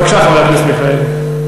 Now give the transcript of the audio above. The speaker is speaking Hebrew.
בבקשה, חבר הכנסת מיכאלי.